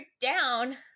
down